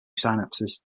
synapses